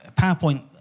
PowerPoint